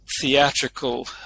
theatrical